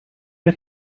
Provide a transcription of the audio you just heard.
get